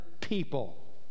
people